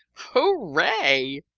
hooray!